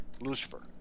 Lucifer